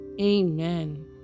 Amen